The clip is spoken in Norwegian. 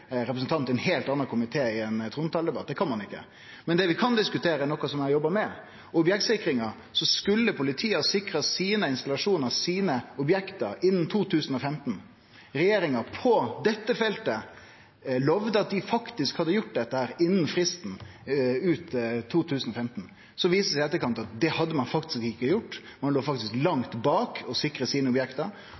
representant frå ein heilt annan komité i ein trontaledebatt – det kan ein ikkje. Men det vi kan diskutere, er noko som eg har jobba med, objektsikringa. Politiet skulle ha sikra sine installasjonar, sine objekt, innan 2015. På dette feltet lovde regjeringa at dei faktisk hadde gjort dette innan fristen, altså ut 2015. Så viste det seg i etterkant at det hadde ein faktisk ikkje gjort – ein låg faktisk langt bak når det gjaldt å sikre objekta sine.